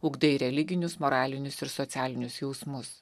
ugdai religinius moralinius ir socialinius jausmus